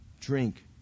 drink